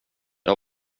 jag